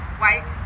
white